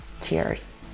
Cheers